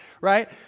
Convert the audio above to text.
right